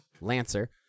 Lancer